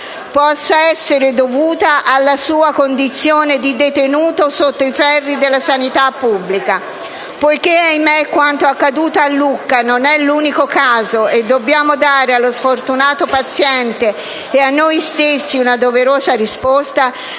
possano essere dovute alla sua condizione di detenuto sotto i ferri della sanità pubblica. Poiché - ahimè - quanto accaduto a Lucca non è l'unico caso e dobbiamo dare allo sfortunato paziente e a noi stessi una doverosa risposta,